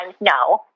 no